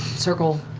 circle,